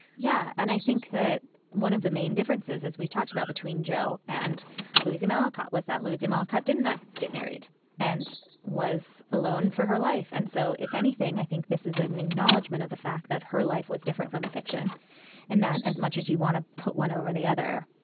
yeah. and i think that one of the main differences, as we talked about between joe and louisa may alcott was that louisa may alcott did not get married and was alone for her life. and so, if anything, i think this is an acknowledgment of the fact that her life was different from the fiction and that as much as you want to put one over the other,